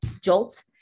jolt